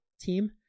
team